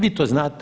Vi to znate.